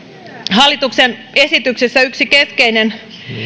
hallituksen esityksessä yksi keskeinen